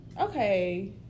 Okay